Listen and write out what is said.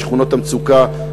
משכונות המצוקה,